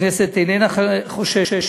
הכנסת איננה חוששת,